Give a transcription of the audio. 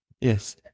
Yes